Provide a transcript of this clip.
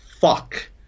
fuck